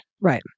Right